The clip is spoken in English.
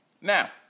Now